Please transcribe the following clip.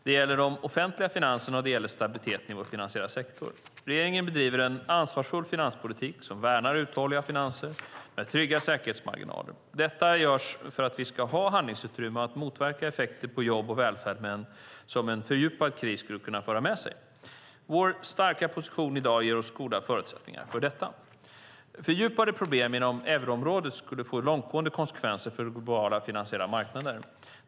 Det gäller de offentliga finanserna, och det gäller stabiliteten i vår finansiella sektor. Regeringen bedriver en ansvarsfull finanspolitik, som värnar uthålliga offentliga finanser, med trygga säkerhetsmarginaler. Detta görs för att vi ska ha handlingsutrymme att motverka effekter på jobb och välfärd som en fördjupad kris skulle kunna föra med sig. Vår starka position i dag ger oss goda förutsättningar för detta. Fördjupade problem inom euroområdet skulle få långtgående konsekvenser för globala finansiella marknader.